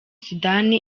sudani